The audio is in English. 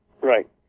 Right